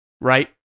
right